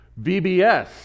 VBS